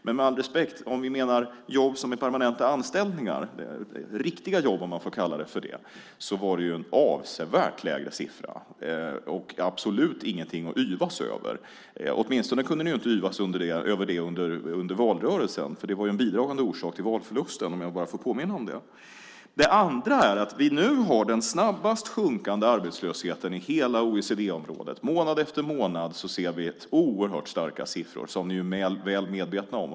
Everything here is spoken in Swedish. Men med all respekt, om vi menar jobb som är permanenta anställningar, riktiga jobb, om man får kalla det för det, så var det en avsevärt lägre siffra och absolut inget att yvas över. Åtminstone kunde ni inte yvas över det under valrörelsen, för det var en bidragande orsak till valförlusten, om jag bara får påminna om det. Det andra är att vi nu har den snabbast sjunkande arbetslösheten i hela OECD-området. Månad efter månad ser vi oerhört starka siffror, vilket ni är väl medvetna om.